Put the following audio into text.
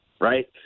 right